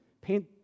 Paint